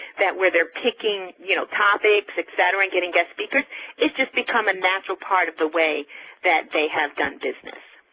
that where they're picking, you know, topics, etcetera, and getting guest speakers it's just become a natural part of the way that they have done business.